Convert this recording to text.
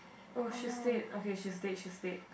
oh she is dead okay she is dead she is dead